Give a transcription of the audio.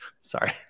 sorry